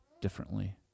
differently